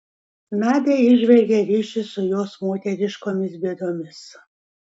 nadia įžvelgė ryšį su jos moteriškomis bėdomis